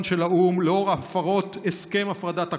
של האו"ם לנוכח הפרות הסכם הפרדת הכוחות,